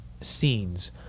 scenes